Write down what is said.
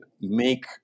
make